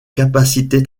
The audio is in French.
capacité